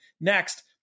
next